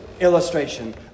illustration